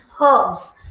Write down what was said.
herbs